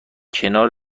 کنار